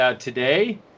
today